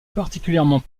particulièrement